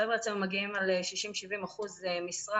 החבר'ה אצלנו מגיעים ב-60% 70% משרה